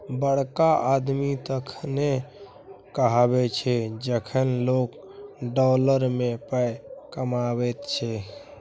बड़का आदमी तखने कहाबै छै जखन लोक डॉलर मे पाय कमाबैत छै